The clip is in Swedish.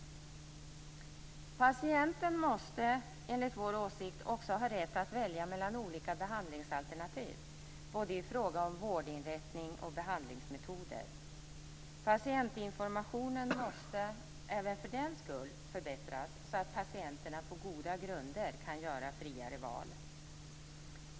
Patienten måste enligt vår åsikt också ha rätt att välja mellan olika behandlingsalternativ, i fråga om både vårdinrättning och behandlingsmetoder. Patientinformationen måste även för den skull förbättras så att patienterna på goda grunder kan göra friare val.